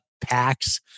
packs